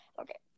Okay